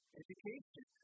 education